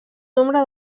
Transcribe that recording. nombre